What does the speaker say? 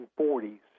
1940s